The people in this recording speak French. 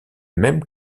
même